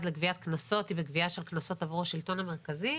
לגביית קנסות היא בגבייה של קנסות עבור השלטון המרכזי,